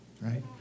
right